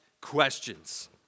questions